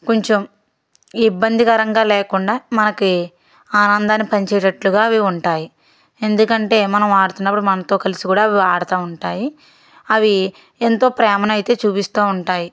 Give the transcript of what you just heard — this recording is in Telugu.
కొంచెం ఇబ్బందికరంగా లేకుండా మనకి ఆనందాన్ని పంచేటట్టుగా అవి ఉంటాయి ఎందుకంటే మనం ఆడుతున్నప్పుడు మనతో కలిసి కూడా అవి ఆడుతా ఉంటాయి అవి ఎంతో ప్రేమను అయితే చూపిస్తు ఉంటాయి